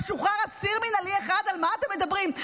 לא שוחרר אסיר מינהלי אחד, על מה אתם מדברים?